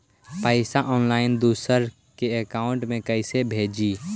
पैसा ऑनलाइन दूसरा के अकाउंट में कैसे भेजी?